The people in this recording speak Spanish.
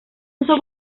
uso